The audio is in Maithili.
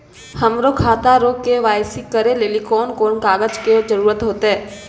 हमरो खाता रो के.वाई.सी करै लेली कोन कोन कागज के जरुरत होतै?